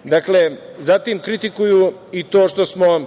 Srbije. Dakle, zatim kritikuju i to što smo